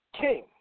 king